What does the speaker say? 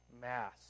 Mass